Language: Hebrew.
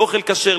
לאוכל כשר,